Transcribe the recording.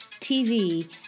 TV